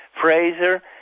Fraser